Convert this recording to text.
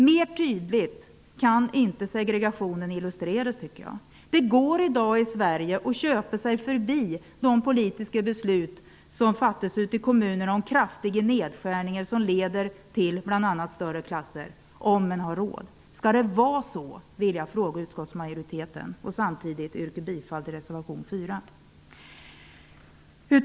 Mer tydligt kan inte segregationen illustreras. Det går i dag i Sverige -- om man har råd -- att köpa sig förbi de politiska beslut som fattas i kommunerna om kraftiga nedskärningar och som leder till bl.a. större klasser. Skall det vara så? Jag vill ställa den frågan till utskottsmajoriteten och samtidigt yrka bifall till reservation 4.